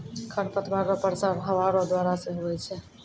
खरपतवार रो प्रसार हवा रो द्वारा से हुवै छै